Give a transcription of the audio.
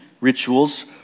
rituals